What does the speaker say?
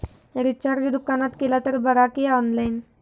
Recharge दुकानात केला तर बरा की ऑनलाइन?